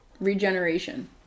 regeneration